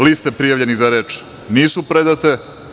Liste prijavljenih za reč nisu predate.